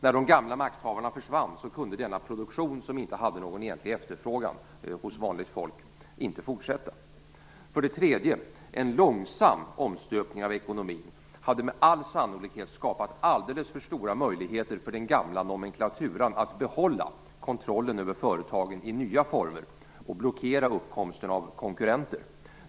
När de gamla makthavarna försvann kunde denna produktion, som inte hade någon egentlig efterfrågan hos vanligt folk, inte fortsätta. För det tredje: En långsam omstöpning av ekonomin hade med all sannolikhet skapat alldeles för stora möjligheter för den gamla nomenklaturan att behålla kontrollen över företagen i nya former och blockera uppkomsten av konkurrenter.